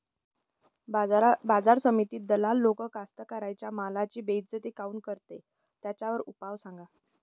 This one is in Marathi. बाजार समितीत दलाल लोक कास्ताकाराच्या मालाची बेइज्जती काऊन करते? त्याच्यावर उपाव सांगा